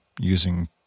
using